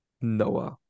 Noah